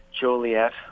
Joliet